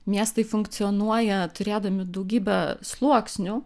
miestai funkcionuoja turėdami daugybę sluoksnių